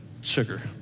Sugar